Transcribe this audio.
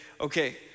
okay